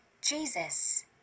Jesus